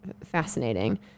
fascinating